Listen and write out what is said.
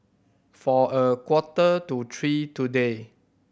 for a quarter to three today